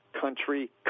country